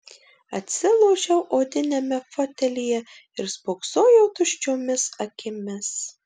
atsilošiau odiniame fotelyje ir spoksojau tuščiomis akimis